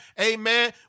amen